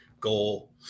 goal